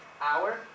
hour